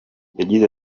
yagize